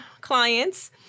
clients